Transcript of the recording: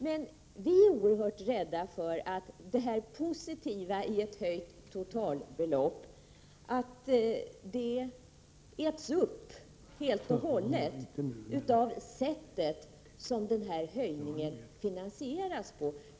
Men vi är oerhört rädda för att det positiva som ligger i en höjning av totalbeloppet helt och hållet äts upp av sättet för finansieringen av höjningen.